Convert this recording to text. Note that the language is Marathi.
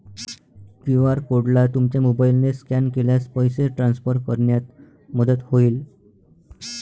क्यू.आर कोडला तुमच्या मोबाईलने स्कॅन केल्यास पैसे ट्रान्सफर करण्यात मदत होईल